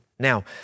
Now